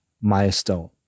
milestone